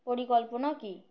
পরিকল্পনা কী